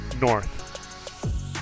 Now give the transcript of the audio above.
North